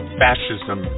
fascism